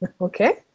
Okay